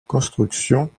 construction